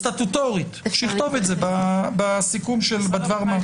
סטטוטורית, שיכתוב את זה בדבר מה.